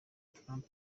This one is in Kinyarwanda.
trump